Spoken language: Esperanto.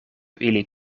ili